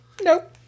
Nope